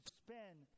spend